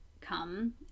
come